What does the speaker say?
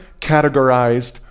categorized